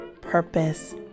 purpose